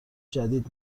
جدید